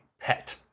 Pet